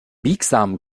biegsamen